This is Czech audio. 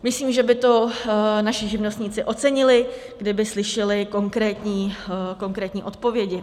Myslím, že by to naši živnostníci ocenili, kdyby slyšeli konkrétní odpovědi.